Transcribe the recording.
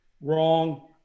Wrong